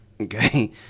Okay